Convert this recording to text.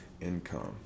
income